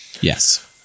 Yes